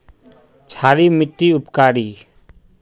क्षारी मिट्टी उपकारी?